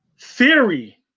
Theory